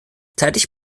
zeitlich